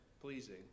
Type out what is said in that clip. pleasing